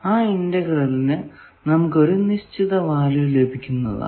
ആ ഇന്റെഗ്രേലിനു നമുക്ക് ഒരു നിശ്ചിത വാല്യൂ ലഭിക്കുന്നതാണ്